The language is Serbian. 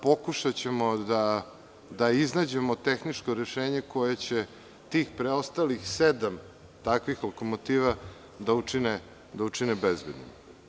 Pokušaćemo da iznađemo tehničko rešenje koje će tih preostalih sedam takvih lokomotiva da učine bezbednim.